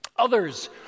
Others